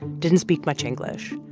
didn't speak much english.